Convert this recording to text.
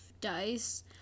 dice